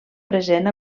present